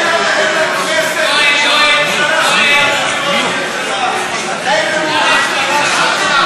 אין לכנסת אמון בראש הממשלה.